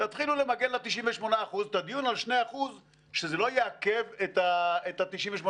תתחילו למגן ל-98%; שהדיון על 2% לא יעכב את ה-98%.